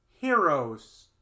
Heroes